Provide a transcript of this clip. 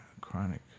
Chronic